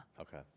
Okay